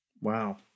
Wow